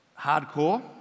hardcore